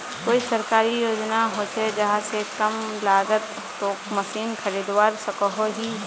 कोई सरकारी योजना होचे जहा से कम लागत तोत मशीन खरीदवार सकोहो ही?